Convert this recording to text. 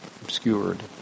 obscured